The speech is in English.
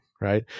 right